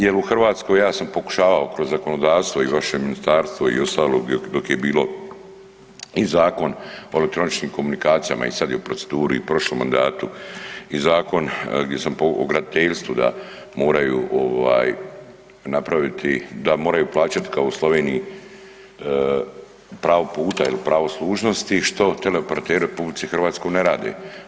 Jel u Hrvatskoj ja sam pokušavao kroz zakonodavstvo i vaše ministarstvo i ostalo dok je bilo i Zakon o elektroničkim komunikacijama i sad je u proceduri i u prošlom mandatu i Zakon o graditeljstvu da moraju ovaj napraviti, da moraju plaćat kao u Sloveniji pravo puta ili pravo služnosti, što teleoperateri u RH ne rade.